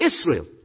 Israel